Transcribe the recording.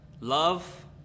love